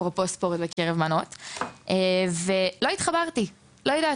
אפרופו ספורט בקרב בנות, ולא התחברתי לזה.